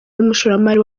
n’umushoramari